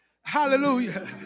hallelujah